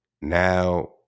now